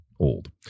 old